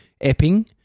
Epping